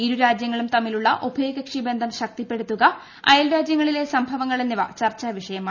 ഇരു രാജ്യങ്ങളും തമ്മിലുള്ള ഉഭയകക്ഷി ബന്ധം ശക്തിപ്പെടുത്തുക അയൽരാജ്യങ്ങളിലെ സംഭവങ്ങൾ എന്നിവ ചർച്ചാ വിഷയമായി